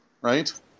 right